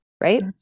right